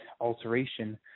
alteration